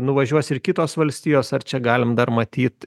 nuvažiuos ir kitos valstijos ar čia galim dar matyt